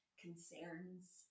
concerns